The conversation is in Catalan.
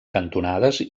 cantonades